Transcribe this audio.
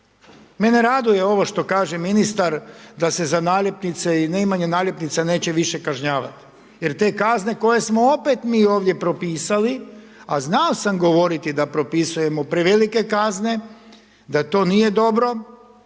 Mene raduje ovo što kaže ministar, da se za naljepnice i neimanja naljepnica, neće više kažnjavati, jer te kazne koje smo opet mi ovdje propisali, a znao sam govoriti da propisujemo prevelike kazne, da to nije dobro